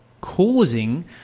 causing